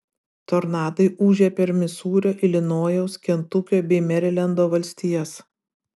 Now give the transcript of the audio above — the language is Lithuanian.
tornadai ūžė per misūrio ilinojaus kentukio bei merilendo valstijas